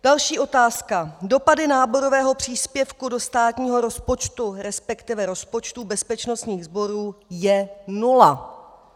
Další otázka: Dopady náborového příspěvku do státního rozpočtu, resp. rozpočtu bezpečnostních sborů je nula.